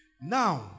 now